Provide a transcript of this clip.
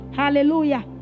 hallelujah